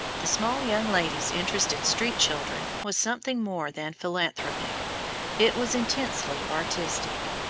the small young lady's interest in street children was something more than philanthropic it was intensely artistic.